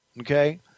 Okay